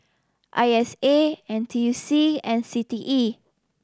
I S A N T U C and C T E